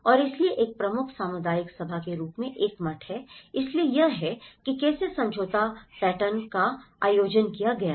और इसलिए एक प्रमुख सामुदायिक सभा के रूप में एक मठ है इसलिए यह है कि कैसे समझौता पैटर्न का आयोजन किया गया है